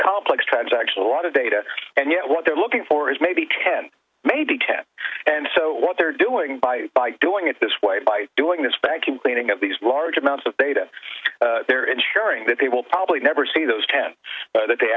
complex transactions a lot of data and yet what they're looking for is maybe ten maybe cats and so what they're doing by by doing it this way by doing this bank complaining of these large amounts of data they're insuring that they will probably never see those ten that they